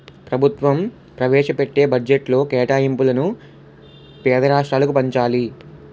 ప్రభుత్వం ప్రవేశపెట్టే బడ్జెట్లో కేటాయింపులను పేద రాష్ట్రాలకు పంచాలి